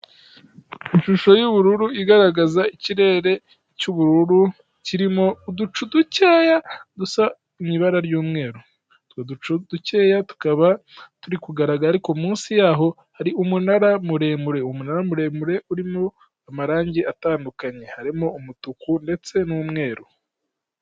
Ishusho y'ubururu igaragaza ikirere cy'ubururu kirimo uducu dukeya dusa mu ibara ry'umweru dukeya tukaba turi kugaragara ariko munsi yaho hari umunara muremure umunara muremure urimo amarangi atandukanye harimo umutuku ndetse n'umweru.